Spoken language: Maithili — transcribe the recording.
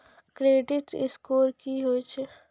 क्रेडिट स्कोर की होय छै?